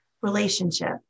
relationship